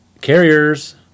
Carriers